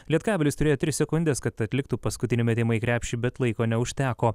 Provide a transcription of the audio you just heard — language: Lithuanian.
lietkabelis turėjo tris sekundes kad atliktų paskutinį metimą į krepšį bet laiko neužteko